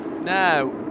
Now